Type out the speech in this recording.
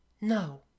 no